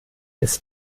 ist